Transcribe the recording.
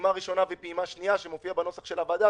הפעימה הראשונה והפעימה השנייה שמופיעות בנוסח של הוועדה,